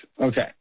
Okay